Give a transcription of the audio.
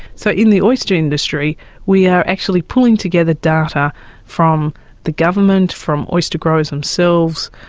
so in the oyster industry we are actually pulling together data from the government, from oyster growers themselves,